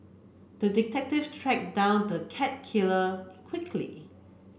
the detective tracked down the cat killer quickly